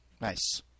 Nice